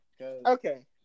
Okay